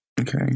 okay